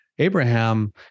Abraham